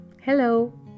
Hello